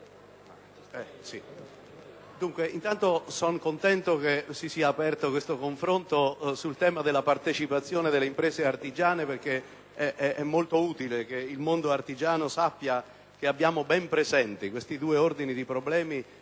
innanzitutto che si sia aperto questo confronto sul tema della partecipazione delle imprese artigiane, perché è molto utile che il mondo artigiano sappia che abbiamo ben presente questi ordini di problemi